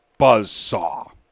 buzzsaw